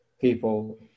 people